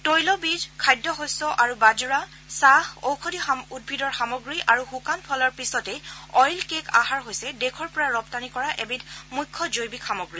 তৈল বীজ খাদ্য শস্য আৰু বাজৰা চাহ ঔষধি উদ্ভিদৰ সামগ্ৰী আৰু শুকান ফলৰ পিছতে অইল কেক আহাৰ হৈছে দেশৰ পৰা ৰপ্তানি কৰা এবিধ মৃখ্য জৈৱিক সামগ্ৰী